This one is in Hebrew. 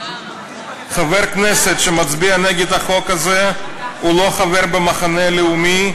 חבר כנסת שמצביע נגד החוק הזה הוא לא חבר במחנה הלאומי,